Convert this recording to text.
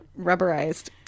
rubberized